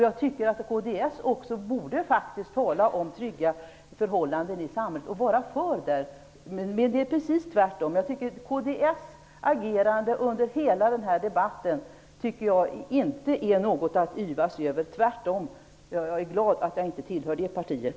Jag tycker att också kds borde tala om trygga förhållanden i samhället och vara för dem. Men det är precis tvärtom. Kds agerande under hela den här debatten tycker jag inte är något att yvas över. Tvärtom. Jag är glad att jag inte tillhör det partiet.